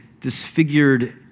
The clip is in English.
disfigured